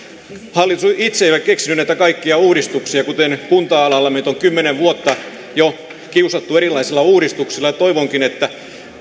hallitus ei ole itse keksinyt kaikkia näitä uudistuksia esimerkiksi kunta alalla meitä on jo kymmenen vuotta kiusattu erilaisilla uudistuksilla toivonkin että tämä